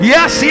Yes